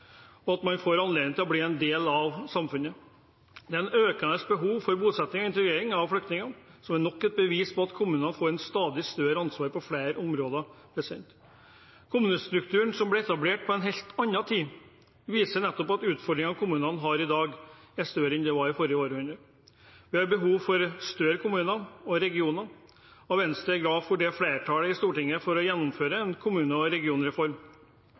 og at man får anledning til å bli en del av samfunnet. Det er et økende behov for bosetting og integrering av flyktninger, som er nok et bevis på at kommunene får et stadig større ansvar på flere områder. Kommunestrukturen, som ble etablert på en helt annen tid, viser nettopp at utfordringene kommunene har i dag, er større enn de var i det forrige århundre. Vi har behov for større kommuner og regioner, og Venstre er glad for at det er flertall i Stortinget for å gjennomføre en kommune- og regionreform.